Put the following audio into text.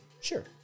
Sure